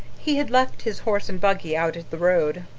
he had left his horse and buggy out at the road.